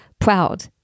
proud